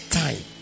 time